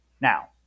Now